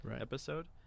episode